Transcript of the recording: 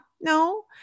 No